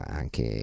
anche